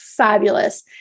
Fabulous